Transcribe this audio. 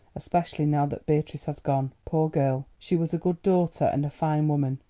especially now that beatrice has gone. poor girl, she was a good daughter and a fine woman.